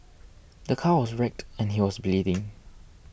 the car was wrecked and he was bleeding